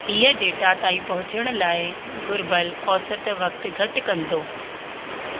हीअं डेटा ताईं पहुचण लाइ घुर्बल औसत वक़्तु घटि कंदो